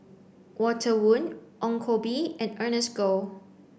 Walter Woon Ong Koh Bee and Ernest Goh